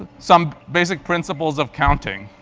some basic principles of counting.